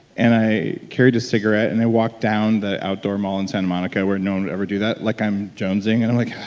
and i carried a cigarette and i walked down the outdoor mall in santa monica where no one would ever do that like i'm jonesing. and i'm like, ah,